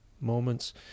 moments